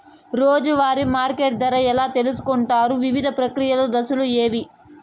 రోజూ వారి మార్కెట్ ధర ఎలా తెలుసుకొంటారు వివిధ ప్రక్రియలు దశలు ఏవి?